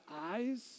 eyes